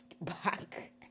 back